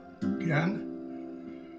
Again